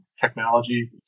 technology